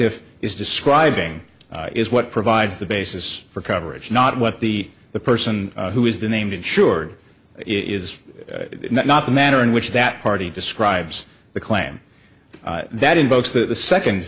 is describing is what provides the basis for coverage not what the the person who is the named insured it is not the manner in which that party describes the claim that invokes that the second